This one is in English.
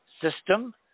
system